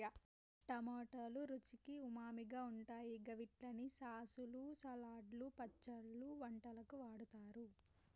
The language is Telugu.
టమాటోలు రుచికి ఉమామిగా ఉంటాయి గవిట్లని సాసులు, సలాడ్లు, పచ్చళ్లు, వంటలకు వాడుతరు